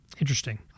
interesting